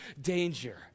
danger